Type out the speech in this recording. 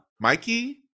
Mikey